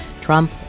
Trump